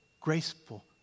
graceful